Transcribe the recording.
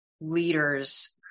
leaders